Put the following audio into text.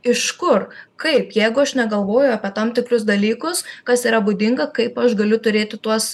iš kur kaip jeigu aš negalvoju apie tam tikrus dalykus kas yra būdinga kaip aš galiu turėti tuos